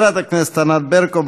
חברת הכנסת ענת ברקו,